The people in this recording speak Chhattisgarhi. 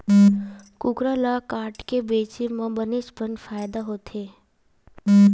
कुकरा ल काटके बेचे म बनेच पन फायदा होथे